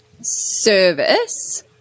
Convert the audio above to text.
service